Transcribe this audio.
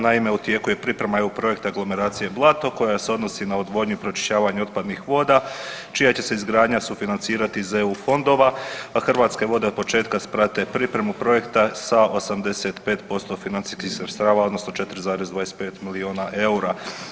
Naime, u tijeku je pripremu EU projekta aglumeracija Blato koja se odnosi na odvodnju i pročišćavanje otpadnih voda čija će se izgradnju sufinancirati iz EU fondova a Hrvatske vode od početka prate pripremu projekta sa 85% financijskih sredstava, odnosno 4,25 miliona eura.